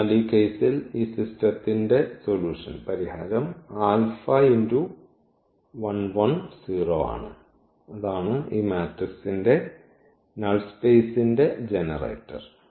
അതിനാൽ ഈ കേയ്സിൽ ഈ സിസ്റ്റത്തിന്റെ പരിഹാരം ആണ് അതാണ് ഈ മാട്രിക്സിന്റെ നൾ സ്പേസിന്റെ ജനറേറ്റർ